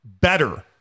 better